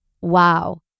wow